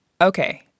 Okay